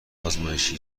ازمایشی